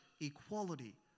equality